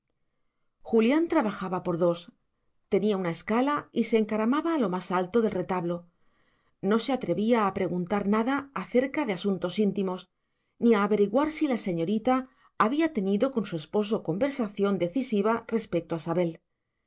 julián trabajaba por dos tenía una escala y se encaramaba a lo más alto del retablo no se atrevía a preguntar nada acerca de asuntos íntimos ni a averiguar si la señorita había tenido con su esposo conversación decisiva respecto a sabel